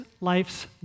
life's